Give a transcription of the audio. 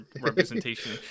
representation